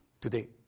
today